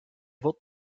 wirt